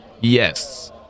yes